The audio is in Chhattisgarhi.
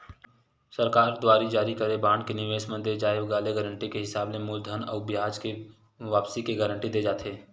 सरकार दुवार जारी करे के बांड के निवेस म दे जाय वाले गारंटी के हिसाब ले मूलधन अउ बियाज के वापसी के गांरटी देय जाथे